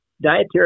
Dietary